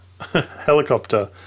helicopter